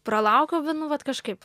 pralaukiau nu vat kažkaip